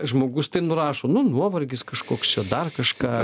žmogus tai nurašo nu nuovargis kažkoks čia dar kažką